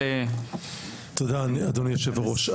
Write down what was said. תודה אדוני היושב ראש.